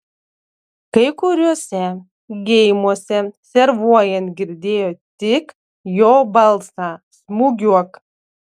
kai kuriuose geimuose servuojant girdėjo tik jo balsą smūgiuok